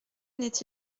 n’est